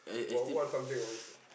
what what subject was it